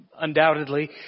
undoubtedly